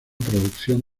producción